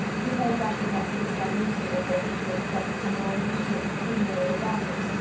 he hoped i should not think it unreasonable for him to expect some more immediate pecuniary advantage,